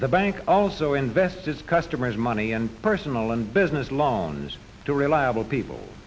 the bank also invest its customers money and personal and business loans to reliable people